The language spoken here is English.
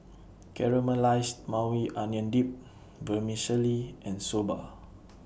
Caramelized Maui Onion Dip Vermicelli and Soba